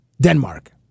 Denmark